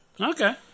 Okay